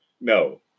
no